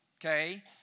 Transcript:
okay